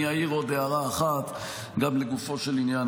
אעיר עוד הערה אחת לגופו של עניין.